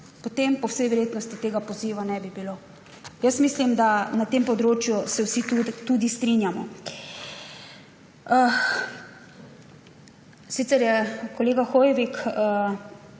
potem po vsej verjetnosti tega poziba ne bi bilo. Jaz mislim, da se na tem področju tudi vsi strinjamo. Sicer je kolega Hoivik